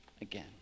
again